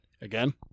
Again